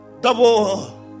double